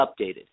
updated